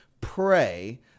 Pray